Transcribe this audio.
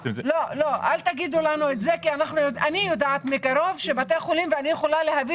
אל תגידו לנו את זה כי אני יודעת מקרוב ואני יכולה להביא